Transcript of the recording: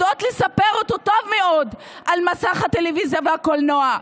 יודעות לספר אותו טוב מאוד על מסך הטלוויזיה והקולנוע.